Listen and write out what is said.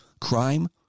crime